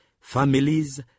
families